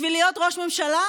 בשביל להיות ראש ממשלה